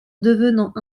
devenant